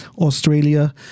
Australia